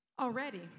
already